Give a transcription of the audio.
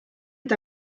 est